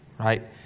right